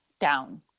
down